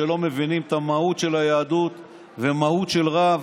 שלא מבינים את המהות של היהדות ומהות של רב,